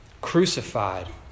Crucified